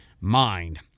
mind